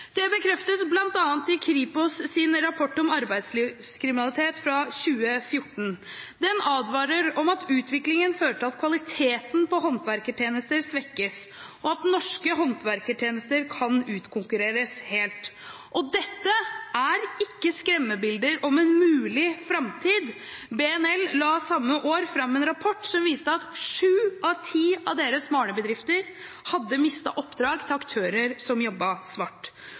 Det bekreftes bl.a. i Kripos’ rapport om arbeidslivskriminalitet fra 2014. Den advarer mot at utviklingen fører til at kvaliteten på håndverkertjenester svekkes, og at norske håndverkertjenester kan utkonkurreres helt. Dette er ikke skremmebilder om en mulig framtid. BNL la samme år fram en rapport som viste at sju av ti av deres malerbedrifter hadde mistet oppdrag til aktører som jobbet svart.